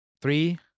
Three